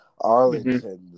Arlington